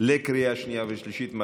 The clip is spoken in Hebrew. (תיקון מס' 6), התש"ף 2020, לקריאה שנייה ושלישית.